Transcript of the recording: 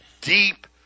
deep